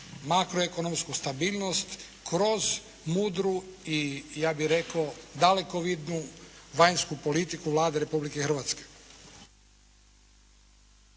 makroekonomsku sigurnost kroz mudru, i ja bih rekao, dalekovidnu vanjsku politiku Vlade Republike Hrvatske.